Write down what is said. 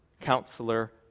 counselor